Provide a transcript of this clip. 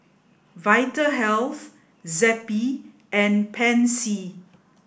Vitahealth Zappy and Pansy